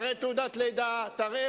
תראה